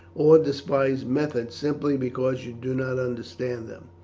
or despise methods simply because you do not understand them.